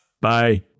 Bye